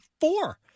four